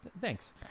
thanks